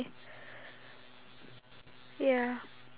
oh talking about the store right